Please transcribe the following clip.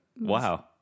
wow